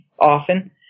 often